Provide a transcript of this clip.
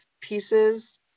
pieces